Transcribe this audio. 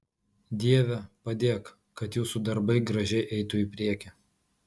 dieve padėk kad jūsų darbai gražiai eitų į priekį